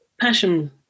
passion